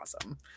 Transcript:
awesome